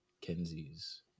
Kenzie's